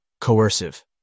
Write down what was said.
Coercive